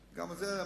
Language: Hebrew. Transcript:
להגזים.